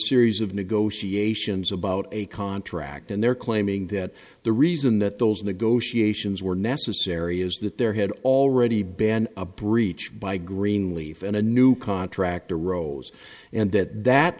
series of negotiations about a contract and they're claiming that the reason that those negotiations were necessary is that there had already been a breach by greenleaf and a new contract arose and that that